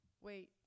wait